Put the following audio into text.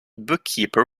bookkeeper